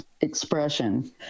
expression